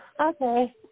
Okay